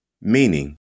meaning